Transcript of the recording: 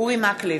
אורי מקלב,